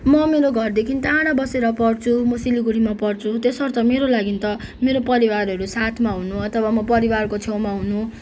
म मेरो घरदेखि टाढा बसेर पढछु म सिलगडीमा पढछु त्यसर्थ मेरो लागि न त मेरो परिवारहरू साथमा हुनु अथवा म परिवारको छेउमा हुनु